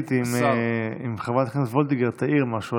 תהיתי אם חברת הכנסת וולדיגר תעיר משהו